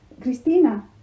Cristina